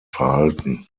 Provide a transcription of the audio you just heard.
verhalten